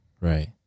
Right